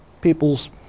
people's